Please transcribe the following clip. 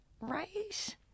Right